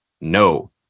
no